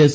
S